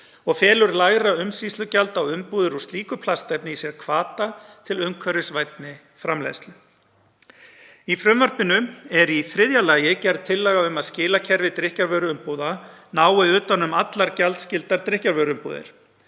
og felur lægra umsýslugjald á umbúðum úr slíku plastefni í sér hvata til umhverfisvænni framleiðslu. Í frumvarpinu er í þriðja lagi gerð tillaga um að skilakerfi drykkjarvöruumbúða nái utan um allar gjaldskyldar drykkjarvöruumbúðir.